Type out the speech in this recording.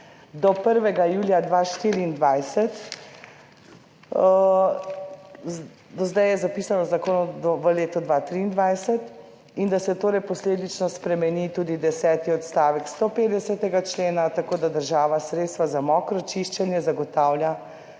do 1. julija 2024. Do zdaj je zapisano v zakonu v letu 2023 in da se torej posledično spremeni tudi 10. odstavek 150. člena tako, da država sredstva za mokro čiščenje zagotavlja